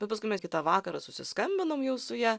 bet paskui mes kitą vakarą susiskambinom jau su ja